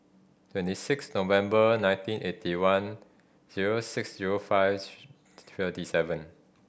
twenty six November nineteen eighty one zero six zero five thirty seven